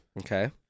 Okay